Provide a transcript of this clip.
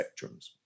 spectrums